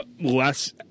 less